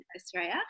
Australia